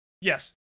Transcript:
Yes